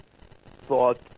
thought